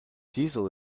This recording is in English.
diesel